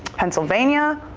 pennsylvania,